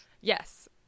Yes